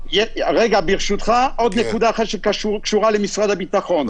ברשותך, עוד נקודה שקשורה למשרד הביטחון.